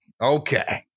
Okay